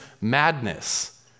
madness